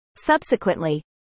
Subsequently